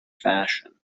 fashion